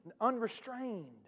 unrestrained